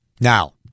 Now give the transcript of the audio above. Now